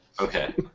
Okay